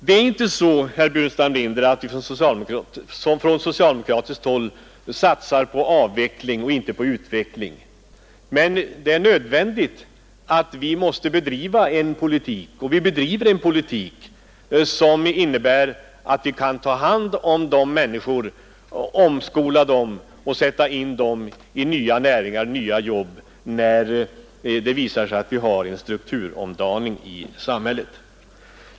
Det är inte så, herr Burenstam Linder, att vi från socialdemokratiskt håll satsar på avveckling i stället för på utveckling. Men vi måste bedriva — och bedriver — en politik som innebär att vi kan ta hand om människor, omskola dem och sätta in dem i nya näringar och på nya jobb, när det visar sig att vi har en strukturomdaning i samhället.